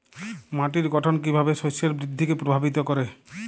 মাটির গঠন কীভাবে শস্যের বৃদ্ধিকে প্রভাবিত করে?